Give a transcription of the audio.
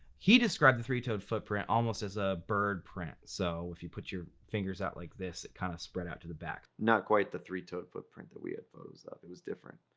he described the three-toed footprint almost as a bird print, so if you put your two fingers out like this. it kind of spread out to the back. not quite the three-toed footprint that we had photos of, it was different.